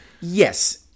Yes